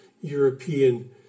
European